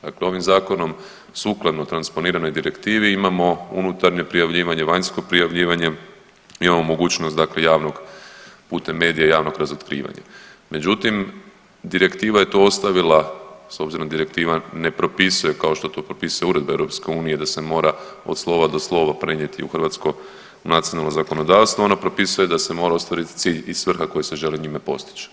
Dakle, ovim zakonom sukladno transponiranoj direktivi imamo unutarnje prijavljivanje, vanjsko prijavljivanje, imamo mogućnost, dakle javnog putem medija javnog razotkrivanja međutim direktiva je to ostavila s obzirom da direktiva ne propisuje kao što to propisuju Uredbe EU da se mora od slova do slova prenijeti u hrvatsko nacionalno zakonodavstvo, ono propisuje da se mora ostvariti cilj i svrha koja se želi njime postići.